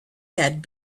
had